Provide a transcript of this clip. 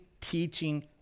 teaching